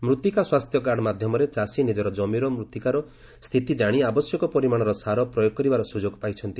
ମୃତ୍ତିକା ସ୍ୱାସ୍ଥ୍ୟ କାର୍ଡ଼ ମାଧ୍ୟମରେ ଚାଷୀ ନିଜର ଜମିର ମୃତ୍ତିକାର ସ୍ଥିତି କାଣି ଆବଶ୍ୟକ ପରିମାଣର ସାର ପ୍ରୟୋଗ କରିବାର ସୁଯୋଗ ପାଇଛନ୍ତି